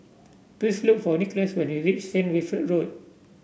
please look for Nicholas when you reach Saint Wilfred Road